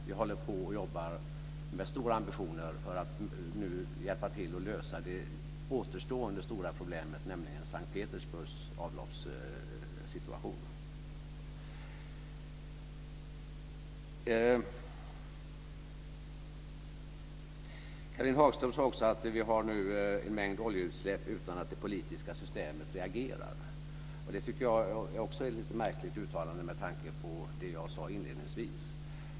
Vi håller på och jobbar med stora ambitioner för att nu hjälpa till att lösa det återstående stora problemet, nämligen S:t Petersburgs avloppssituation. Caroline Hagström sade också att vi nu har en mängd oljeutsläpp utan att det politiska systemet reagerar. Det tycker jag är ett lite märkligt uttalande med tanke på det jag sade inledningsvis.